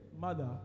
mother